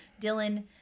Dylan